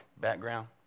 background